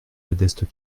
modestes